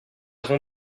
avons